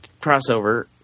crossover